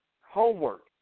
Homework